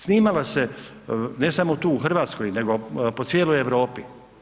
Snimalo se ne samo tu u Hrvatskoj nego po cijeloj Europi.